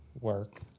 work